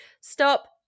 Stop